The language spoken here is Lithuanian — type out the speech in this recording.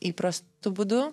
įprastu būdu